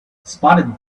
spotted